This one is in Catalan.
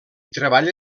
treballa